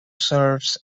serves